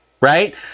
Right